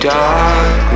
Dark